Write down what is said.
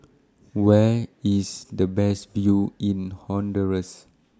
Where IS The Best View in Honduras